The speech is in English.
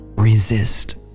resist